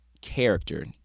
character